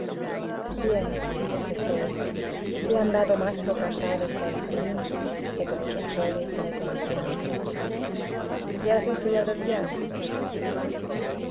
bien contestó ella he andado más que otras tardes por el jardín he cogido flores me he columpiado y has estudiado el piano